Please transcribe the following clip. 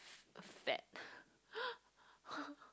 fat